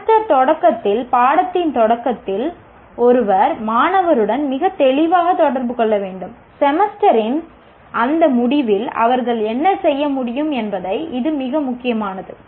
semester தொடக்கத்தில் பாடத்தின் தொடக்கத்தில் ஒருவர் மாணவருடன் மிகத் தெளிவாக தொடர்பு கொள்ள வேண்டும் செமஸ்டரின் அந்த முடிவில் அவர்கள் என்ன செய்ய முடியும் என்பதை இது மிக முக்கியமானது